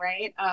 right